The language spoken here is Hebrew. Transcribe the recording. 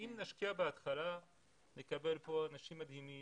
אם נשקיע, נקבל כאן אנשים מדהימים.